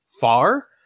far